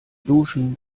duschen